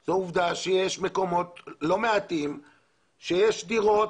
שזאת עובדה שיש מקומות לא מעטים שיש דירות